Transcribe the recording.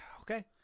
Okay